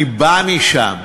אני בא משם.